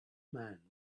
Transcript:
man